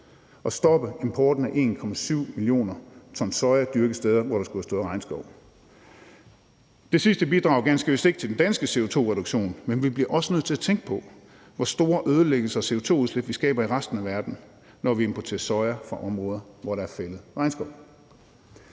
at stoppe importen af 1,7 mio. t soja dyrket steder, hvor der skulle have stået regnskov. Det sidste bidrager ganske vist ikke til den danske CO2-reduktion, men vi bliver også nødt til at tænke på, hvor store ødelæggelser CO2-udslippet skaber i resten af verden, når vi importerer soja fra områder, hvor der er fældet regnskov.